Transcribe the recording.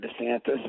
DeSantis